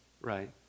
right